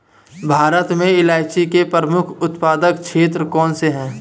भारत में इलायची के प्रमुख उत्पादक क्षेत्र कौन से हैं?